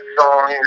song